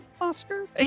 Oscar